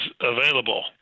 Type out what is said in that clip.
available